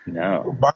No